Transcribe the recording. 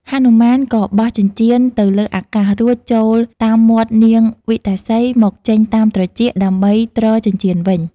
ហនុមាន ក៏បោះចិញ្ចៀនទៅលើអាកាសរួចចូលតាមមាត់នាងវិកតាសី មកចេញតាមត្រចៀក ដើម្បីទ្រចិញ្ចៀនវិញ។